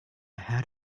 had